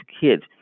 kids